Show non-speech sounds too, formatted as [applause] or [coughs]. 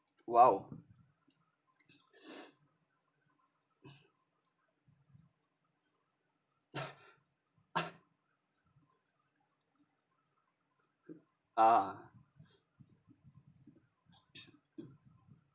!wow! [breath] [coughs] [coughs] ah